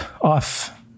off